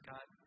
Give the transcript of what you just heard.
God